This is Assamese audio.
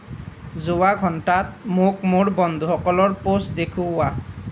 যোৱা ঘণ্টাত মোক মোৰ বন্ধুসকলৰ পোষ্ট দেখুওৱা